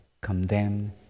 condemn